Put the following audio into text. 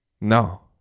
No